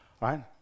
right